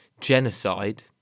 genocide